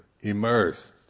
immersed